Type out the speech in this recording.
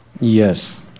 Yes